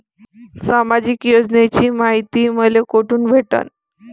सामाजिक योजनेची मायती मले कोठून भेटनं?